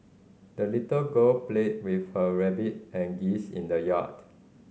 the little girl played with her rabbit and geese in the yard